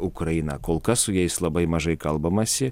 ukrainą kol kas su jais labai mažai kalbamasi